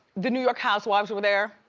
the new york housewives were there.